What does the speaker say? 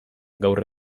gaur